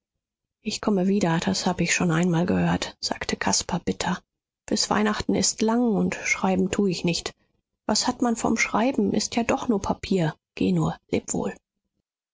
ich komme wieder das hab ich schon einmal gehört sagte caspar bitter bis weihnachten ist lang und schreiben tu ich nicht was hat man vom schreiben ist ja doch nur papier geh nur leb wohl